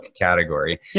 category